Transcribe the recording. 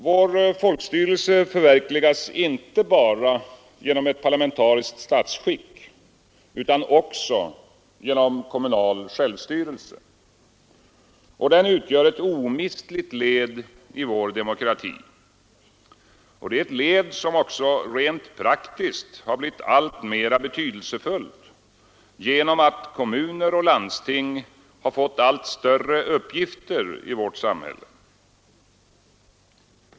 Vår folkstyrelse förverkligas inte bara genom ett parlamentariskt statsskick utan också genom kommunal självstyrelse. Denna utgör ett omistligt led i vår demokrati — ett led som också rent praktiskt blivit alltmera betydelsefullt genom att kommuner och landsting fått allt större uppgifter i vårt samhälle.